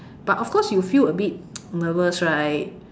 but of course you'll feel a bit nervous right